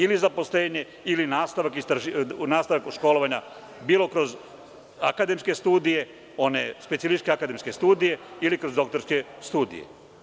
Ili zaposlenje ili nastavak školovanja bilo kroz akademske studije, specijalističke akademske studije ili kroz doktorske studije.